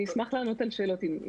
אני אשמח לענות על שאלות, אם יש.